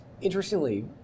interestingly